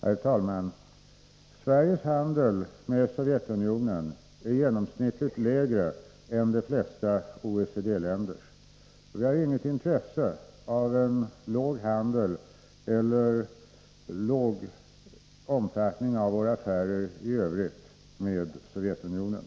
Herr talman! Sveriges handel med Sovjetunionen är genomsnittligt lägre än de flesta OECD-länders. Vi har inget intresse av en låg handel eller låg omfattning av våra affärer i övrigt med Sovjetunionen.